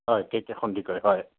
হয় K K Sandikoi হয়